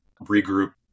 regroup